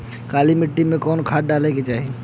काली मिट्टी में कवन खाद डाले के चाही?